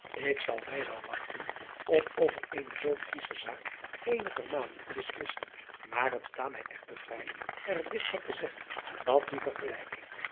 k zal mij wel wachten om over eene zoo kiesche zaak eenigermate te beslissen maar het sta mij echter vrij er dit van te zeggen dat die vergelijking